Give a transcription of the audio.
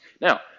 Now